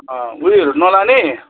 उयोहरू नलाने